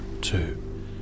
two